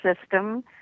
system